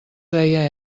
deia